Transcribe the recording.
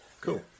Cool